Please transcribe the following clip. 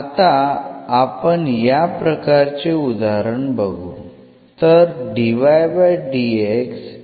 आता आपण या प्रकारचे उदाहरण बघू